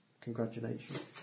Congratulations